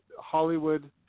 Hollywood